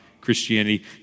Christianity